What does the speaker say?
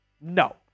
No